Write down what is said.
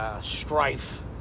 Strife